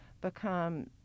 become